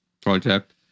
project